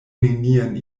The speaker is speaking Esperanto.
nenien